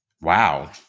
Wow